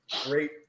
Great